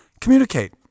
communicate